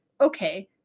Okay